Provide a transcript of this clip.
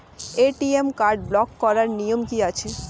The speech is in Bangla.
এ.টি.এম কার্ড ব্লক করার নিয়ম কি আছে?